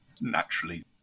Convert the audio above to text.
naturally